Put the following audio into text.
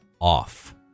off